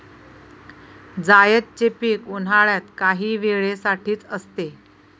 जायदचे पीक उन्हाळ्यात काही वेळे साठीच असते